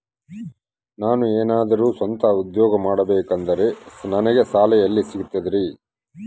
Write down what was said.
ನಾನು ಏನಾದರೂ ಸ್ವಂತ ಉದ್ಯೋಗ ಮಾಡಬೇಕಂದರೆ ನನಗ ಸಾಲ ಎಲ್ಲಿ ಸಿಗ್ತದರಿ?